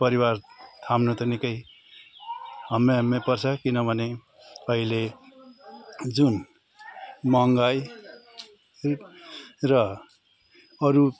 परिवार थाम्नु त निकै हम्मे हम्मे पर्छ किनभने अहिले जुन महँगाई र अरू